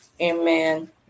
Amen